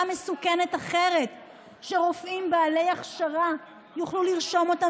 מסוכנת אחרת שרופאים בעלי הכשרה יוכלו לרשום אותה